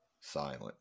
silent